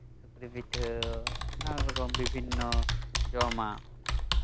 ᱡᱤᱞ ᱯᱤᱴᱷᱟᱹ ᱵᱤᱵᱷᱤᱱᱱᱚ ᱨᱚᱠᱚᱢ ᱡᱚᱢᱟᱜ